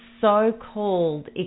so-called